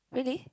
really